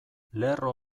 lerro